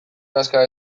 nazka